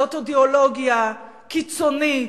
זאת אידיאולוגיה קיצונית,